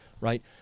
right